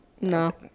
no